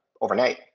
overnight